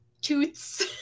Toots